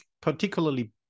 particularly